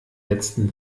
letzten